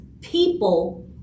people